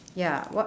ya what